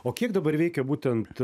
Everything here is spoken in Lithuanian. o kiek dabar veikia būtent